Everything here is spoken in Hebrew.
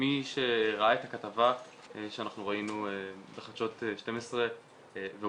מי שראה את הכתבה שאנחנו ראינו בחדשות 12 והופתע